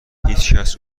هیچکس